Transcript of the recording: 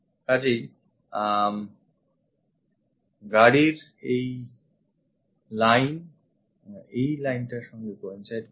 কাজেই গাড়ির এই line এই lineটার সঙ্গে coincide করছে